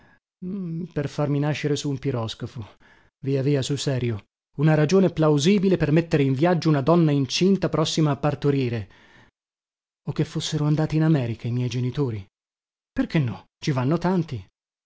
viaggiavano per farmi nascere su un piroscafo via via sul serio una ragione plausibile per mettere in viaggio una donna incinta prossima a partorire o che fossero andati in america i miei genitori perché no ci vanno tanti